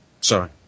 Sorry